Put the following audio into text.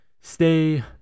Stay